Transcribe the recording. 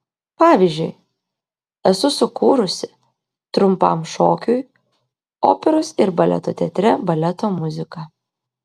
pavyzdžiui esu sukūrusi trumpam šokiui operos ir baleto teatre baleto muziką